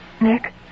Nick